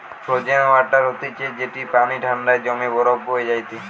frozen water হতিছে যেটি পানি ঠান্ডায় জমে বরফ হয়ে যায়টে